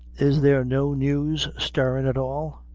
is there no news stirrin' at all?